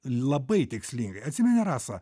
labai tikslingai atsimeni rasa